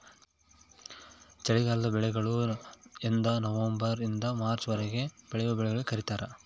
ಚಳಿಗಾಲದ ಬೆಳೆಗಳು ಎಂದನವಂಬರ್ ನಿಂದ ಮಾರ್ಚ್ ವರೆಗೆ ಬೆಳೆವ ಬೆಳೆಗಳಿಗೆ ಕರೀತಾರ